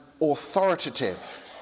authoritative